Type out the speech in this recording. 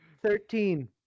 Thirteen